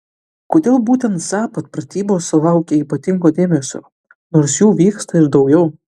kodėl būtent zapad pratybos sulaukia ypatingo dėmesio nors jų vyksta ir daugiau